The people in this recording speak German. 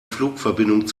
flugverbindung